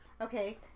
Okay